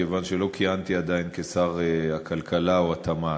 כיוון שלא כיהנתי עדיין כשר הכלכלה או התמ"ת.